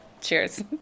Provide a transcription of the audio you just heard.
Cheers